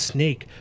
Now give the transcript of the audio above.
Snake